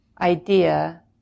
idea